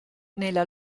nella